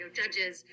judges